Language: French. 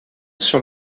sur